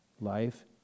life